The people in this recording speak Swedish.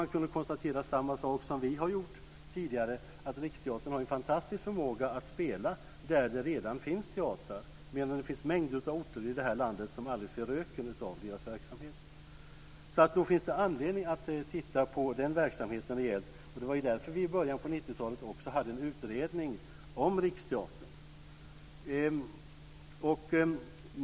De har konstaterat samma sak som vi har gjort tidigare, nämligen att Riksteatern har en fantastisk förmåga att spela där det redan finns teatrar, medan det finns mängder av orter i landet som aldrig ser röken av deras verksamhet. Nog finns det anledning att titta på den verksamheten. Det var därför vi i början av 90 talet hade en utredning om Riksteatern.